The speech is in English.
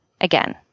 again